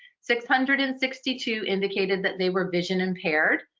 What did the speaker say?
six hundred and sixty two indicated that they were vision impaired,